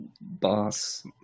Boss